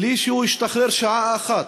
בלי שהוא השתחרר שעה אחת,